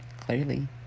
Clearly